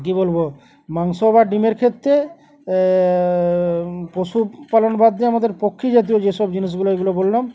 কী বলবো মাংস বা ডিমের ক্ষেত্রে পশুপালন বাদ দিয়ে আমাদের পক্ষী জাতীয় যেসব জিনিসগুলো এগুলো বললাম